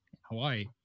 Hawaii